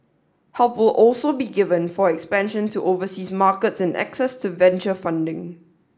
help all also be given for expansion to overseas markets and access to venture funding